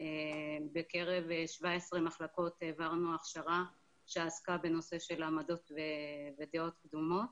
בקרב 17 מחלקות העברנו הכשרה שעסקה בנושא של עמדות ודעות קדומות.